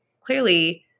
clearly